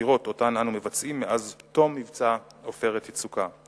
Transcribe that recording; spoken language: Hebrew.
החקירות שאנו מבצעים מאז תום מבצע "עופרת יצוקה".